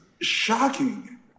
shocking